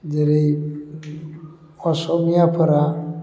जेरै असमियाफोरा